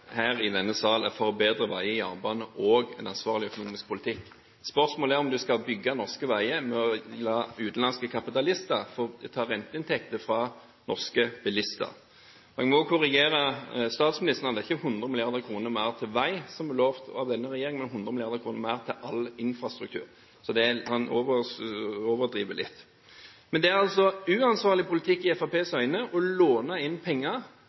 for bedre vei, jernbane og en ansvarlig politikk. Spørsmålet er om en skal bygge norske veier ved å la utenlandske kapitalister få ta renteinntekter fra norske bilister. Jeg må korrigere statsministeren: Det er ikke 100 mrd. kr mer til vei som er lovt av denne regjeringen, men 100 mrd. kr mer til all infrastruktur. Så man overdriver litt. Men i Fremskrittspartiets øyne er det altså uansvarlig politikk å låne inn penger